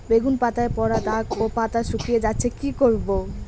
বেগুন পাতায় পড়া দাগ ও পাতা শুকিয়ে যাচ্ছে কি করব?